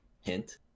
hint